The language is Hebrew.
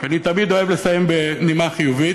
כי אני תמיד אוהב לסיים בנימה חיובית.